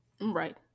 Right